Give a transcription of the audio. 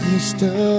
Easter